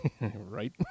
Right